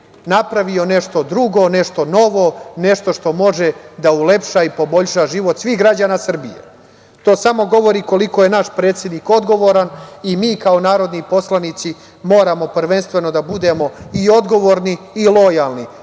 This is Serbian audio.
napravio nešto drugo, nešto novo, nešto što može da ulepša i poboljša život svih građana Srbije. To samo govori koliko je naš predsednik odgovoran i mi kao narodni poslanici moramo prvenstveno da budemo i odgovorni i lojalni